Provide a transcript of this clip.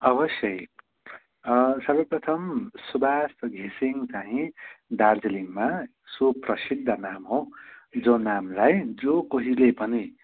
अवश्य सर्वप्रथम सुबास घिसिङ चाहिँ दार्जिलिङमा सुप्रसिद्ध नाम हो जो नामलाई जो कोहीले पनि